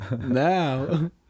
now